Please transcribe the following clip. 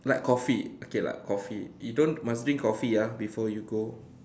like coffee okay like coffee you don't must drink coffee ah before you go